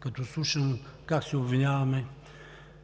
като слушам как се обвиняваме,